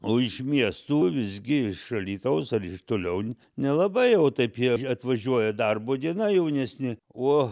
o iš miestų visgi iš alytaus ar iš toliau nelabai jau taip jie atvažiuoja darbo diena jaunesni o